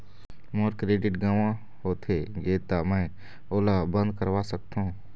मोर credit गंवा होथे गे ता का मैं ओला बंद करवा सकथों?